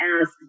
ask